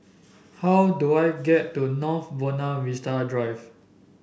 how do I get to North Buona Vista Drive